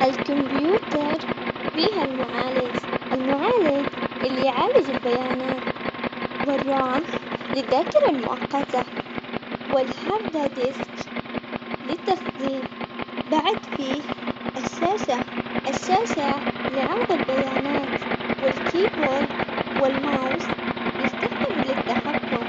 السيارة فيها محرك اللي يشغلها والقير لتبديل السرعات، والدواسات للتحكم والدريسكون للتوجيه، بعد في البطارية البطارية علشان الكهرباء، والإطارات علشان المشي.